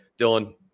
Dylan